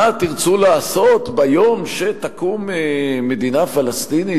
מה תרצו לעשות ביום שתקום מדינה פלסטינית,